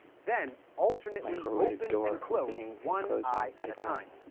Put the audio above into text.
then alternately open and close one eye at a time.